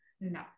no